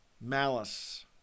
malice